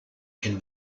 can